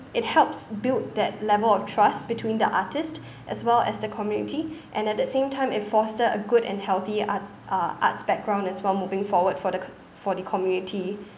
it helps build that level of trust between the artists as well as the community and at the same time it foster a good and healthy art uh arts background as well moving forward for the c~ for the community